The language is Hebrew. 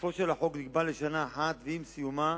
תוקפו של החוק נקבע לשנה אחת, ועם סיומה